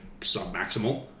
submaximal